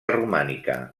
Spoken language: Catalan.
romànica